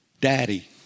Daddy